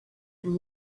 and